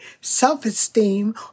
self-esteem